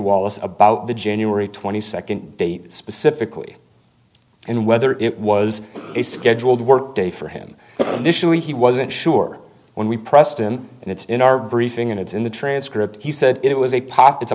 wallace about the january twenty second date specifically and whether it was a scheduled work day for him but he wasn't sure when we pressed him and it's in our briefing and it's in the transcript he said it was a pop it's a